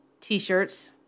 t-shirts